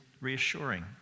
reassuring